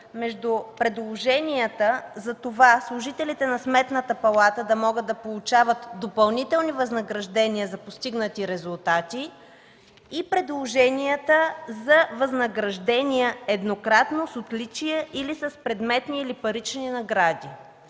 между предложенията за това служителите на Сметната палата да могат да получават допълнителни възнаграждения за постигнати резултати и предложенията за възнаграждения еднократно с отличие или с предметни, или парични награди.